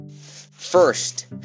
First